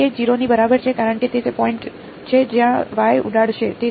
r એ 0 ની બરાબર છે કારણ કે તે તે પોઈન્ટ છે જ્યાં Y ઉડાડશે